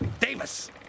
Davis